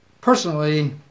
personally